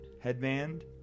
headband